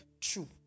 true